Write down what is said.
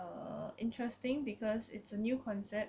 err interesting because it's a new concept